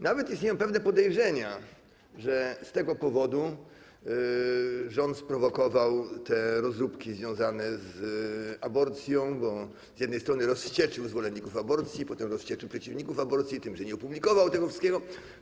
Nawet istnieją pewne podejrzenia, że z tego powodu rząd sprowokował rozróbki związane z aborcją, bo z jednej strony rozwścieczył zwolenników aborcji, a potem rozwścieczył przeciwników aborcji tym, że nie opublikował tego wszystkiego.